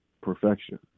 perfection